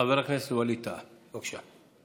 חבר הכנסת ווליד טאהא, בבקשה.